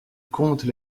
content